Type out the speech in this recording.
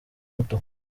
muto